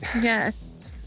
Yes